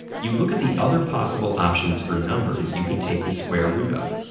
you look at the other possible options for numbers you could take the square root of.